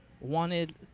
wanted